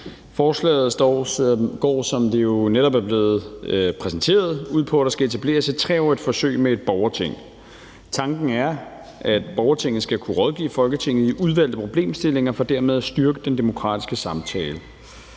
Forslaget går, som det jo netop er blevet præsenteret, ud på, at der skal etableres et 3-årigt forsøg med et borgerting. Tanken er, at borgertinget skal kunne rådgive Folketinget i udvalgte problemstillinger for dermed at styrke den demokratiske samtale.